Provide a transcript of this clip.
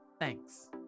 Thanks